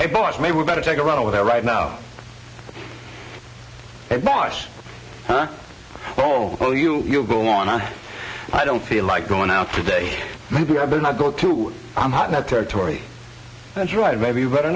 hey boss maybe we better take a run over there right now boss oh oh oh you go on i i don't feel like going out today maybe i better not go to i'm not mad territory that's right maybe you better